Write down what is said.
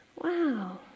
wow